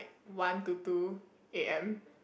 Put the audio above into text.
one to two A_M